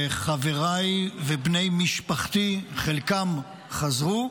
וחבריי ובני משפחתי, חלקם חזרו,